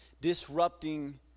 Disrupting